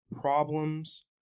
problems